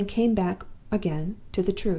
and came back again to the truth.